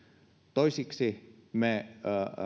toiseksi me